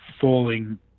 falling